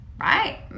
right